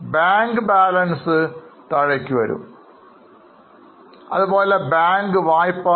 bank balance കുറയും അതുപോലെ bank വായ്പയും കുറയും